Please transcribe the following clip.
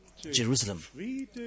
Jerusalem